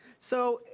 so,